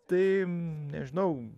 tai nežinau